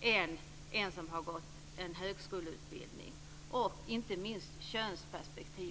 än en person som har gått en högskoleutbildning? Inte minst finns könsperspektivet.